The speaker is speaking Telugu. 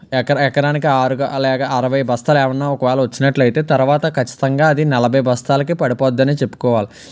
ఎక ఎకరానికి ఆరుగా లేక అరవై బస్తాలు ఏవైనా ఒకవేళ వచ్చినట్లయితే తర్వాత ఖచ్చితంగా అది నలభై బస్తాలకి పడిపోద్దనే చెప్పుకోవాలి